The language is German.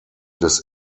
des